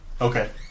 Okay